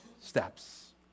steps